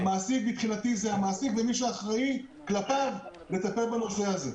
המעסיק מבחינתי זה המעסיק ומי שאחראי כלפיו לטפל בנושא הזה.